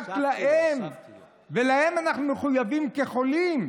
רק להם אנחנו מחויבים, כחולים,